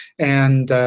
and